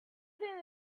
think